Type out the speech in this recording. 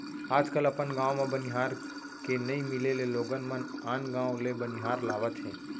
आज कल अपन गॉंव म बनिहार के नइ मिले ले लोगन मन आन गॉंव ले बनिहार लावत हें